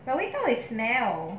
but 味道 is smell